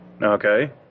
Okay